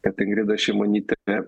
kad ingrida šimonytė